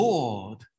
Lord